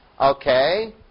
Okay